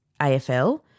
AFL